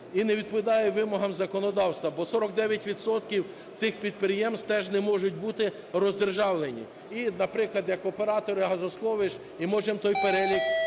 і не відповідає вимогам законодавства, бо 49 відсотків цих підприємств теж не можуть бути роздержавлені. І, наприклад, як оператори газосховищ, і можемо той перелік